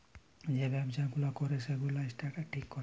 যে ব্যবসা গুলা ক্যরে সেগুলার স্ট্যান্ডার্ড ঠিক ক্যরে